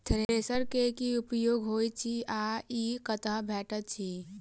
Thresher केँ की उपयोग होइत अछि आ ई कतह भेटइत अछि?